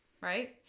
Right